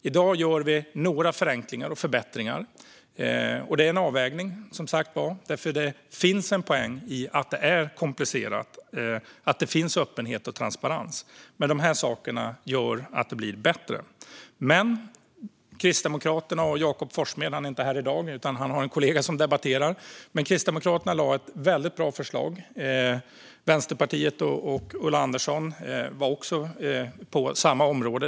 I dag gör vi några förenklingar och förbättringar. Det finns en poäng i att det är komplicerat och att det finns öppenhet och transparens. Men de här sakerna gör att det blir bättre. Kristdemokraterna har lagt fram ett väldigt bra förslag. Jakob Forssmed är inte här i dag, men han har en kollega som debatterar. Vänsterpartiet och Ulla Andersson är inne på samma område.